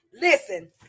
Listen